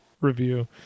review